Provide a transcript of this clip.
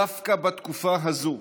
דווקא בתקופה הזאת,